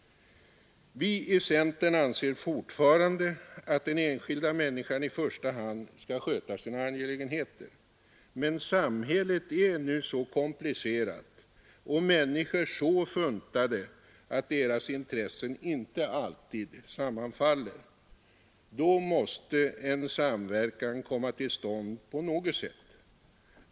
Vi i centern anser fortfarande att den enskilda människan i första hand skall sköta sina angelägenheter. Men samhället är nu så komplicerat och människor så funtade att deras intressen inte alltid sammanfaller. Då måste en samverkan komma till stånd på något sätt.